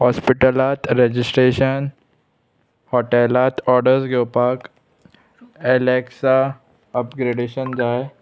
हॉस्पिटलांत रेजिस्ट्रेशन हॉटेलांत ऑर्डर्स घेवपाक एलेक्सा अपग्रेडेशन जाय